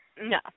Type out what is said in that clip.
No